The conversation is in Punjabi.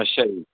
ਅੱਛਾ ਜੀ